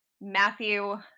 Matthew